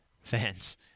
Fans